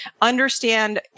understand